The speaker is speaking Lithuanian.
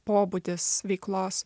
pobūdis veiklos